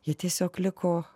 ji tiesiog liko